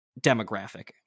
demographic